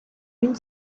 une